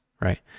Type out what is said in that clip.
right